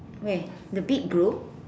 wait the big group